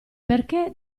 perché